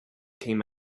came